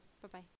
Bye-bye